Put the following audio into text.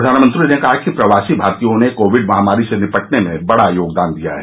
प्रधानमंत्री ने कहा कि प्रवासी भारतीयों ने कोविड महामारी से निपटने में बड़ा योगदान दिया है